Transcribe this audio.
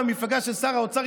מהמפלגה של שר האוצר,